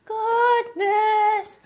goodness